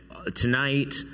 Tonight